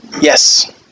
Yes